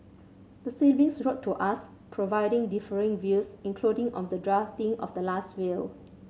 the siblings wrote to us providing differing views including on the drafting of the last will